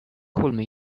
gonna